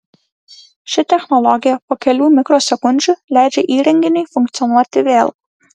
ši technologija po kelių mikrosekundžių leidžia įrenginiui funkcionuoti vėl